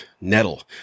nettle